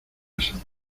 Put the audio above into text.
santa